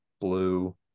blue